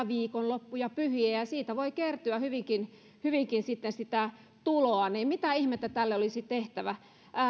viikonloppuja pyhiä ja ja siitä voi kertyä hyvinkin hyvinkin sitten sitä tuloa niin mitä ihmettä tälle olisi tehtävä